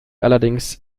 allerdings